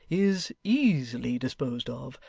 is easily disposed of,